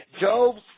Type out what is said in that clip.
Job's